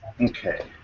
Okay